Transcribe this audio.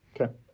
Okay